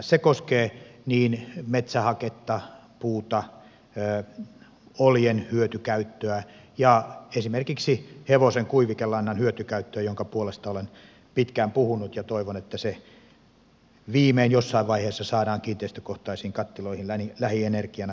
se koskee niin metsähaketta puuta oljen hyötykäyttöä kuin esimerkiksi hevosen kuivikelannan hyötykäyttöä jonka puolesta olen pitkään puhunut ja toivon että se viimein jossain vaiheessa saadaan kiinteistökohtaisiin kattiloihin lähienergiana hyödynnettäväksi